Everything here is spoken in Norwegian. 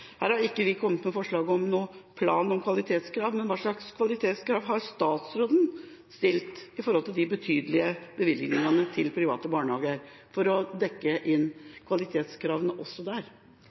Her har ikke vi kommet med forslag om noen plan om kvalitetskrav. Men hva slags kvalitetskrav har statsråden stilt i forhold til de betydelige bevilgningene til private barnehager for å dekke inn kvalitetskravene også der?